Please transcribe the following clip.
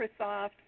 Microsoft